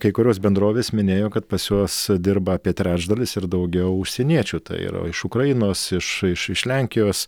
kai kurios bendrovės minėjo kad pas juos dirba apie trečdalis ir daugiau užsieniečių tai yra iš ukrainos iš iš iš lenkijos